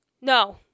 No